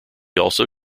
also